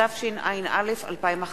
התשע"א 2011,